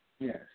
Yes